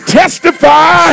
testify